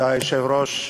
כבוד היושב-ראש,